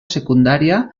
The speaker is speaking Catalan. secundària